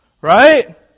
Right